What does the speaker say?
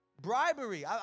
Bribery